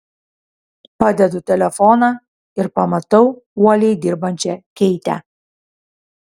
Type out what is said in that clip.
padedu telefoną ir pamatau uoliai dirbančią keitę